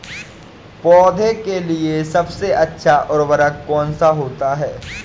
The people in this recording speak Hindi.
पौधे के लिए सबसे अच्छा उर्वरक कौन सा होता है?